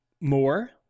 more